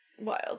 Wild